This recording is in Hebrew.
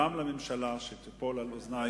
גם לממשלה, תיפול על אוזניים